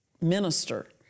minister